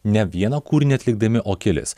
ne vieną kūrinį atlikdami o kelis